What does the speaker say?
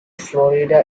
florida